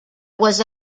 was